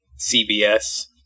CBS